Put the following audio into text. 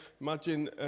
imagine